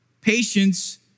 patience